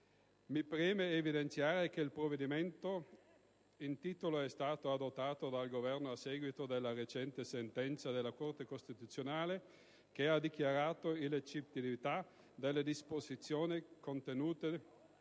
mi preme evidenziare che il provvedimento in esame è stato adottato dal Governo a seguito della recente sentenza della Corte costituzionale che ha dichiarato l'illegittimità delle disposizioni contenute